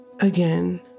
Again